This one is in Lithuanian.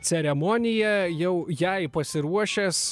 ceremonija jau jai pasiruošęs